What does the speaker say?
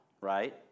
right